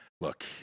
Look